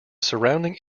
surrounding